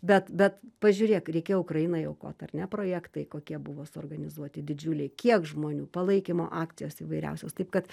bet bet pažiūrėk reikėjo ukrainai aukot ar ne projektai kokie buvo suorganizuoti didžiuliai kiek žmonių palaikymo akcijos įvairiausios taip kad